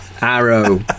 Arrow